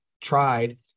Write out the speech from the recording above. tried